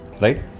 right